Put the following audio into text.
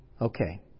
Okay